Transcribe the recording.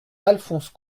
alphonse